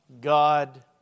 God